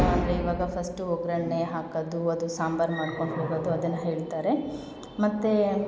ಅಂದರೆ ಇವಾಗ ಫಸ್ಟು ಒಗ್ಗರಣೆ ಹಾಕೋದು ಅದು ಸಾಂಬಾರು ಮಾಡ್ಕೊಂಡು ಹೋಗೋದು ಅದನ್ನು ಹೇಳ್ತಾರೆ ಮತ್ತು